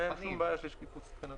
אין שום בעיה של שקיפות מבחינתנו.